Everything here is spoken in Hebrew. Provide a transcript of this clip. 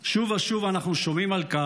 שוב ושוב אנחנו שומעים על כך